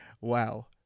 wow